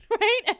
right